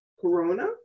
Corona